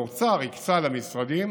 האוצר הקצה למשרדים